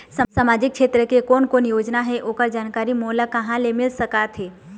सामाजिक क्षेत्र के कोन कोन योजना हे ओकर जानकारी मोला कहा ले मिल सका थे?